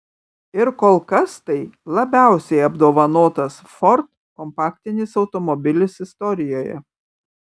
ir kol kas tai labiausiai apdovanotas ford kompaktinis automobilis istorijoje